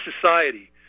society